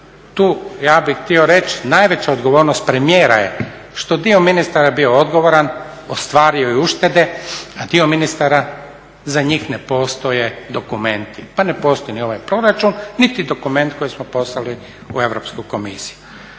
Tu ja bih htio reći najveća odgovornost premijera je što dio ministara je bio odgovoran, ostvario je uštede, a dio ministara za njih postoje dokumenti. Pa ne postoji ni ovaj proračun, niti dokument koji smo poslali u Europsku komisiju.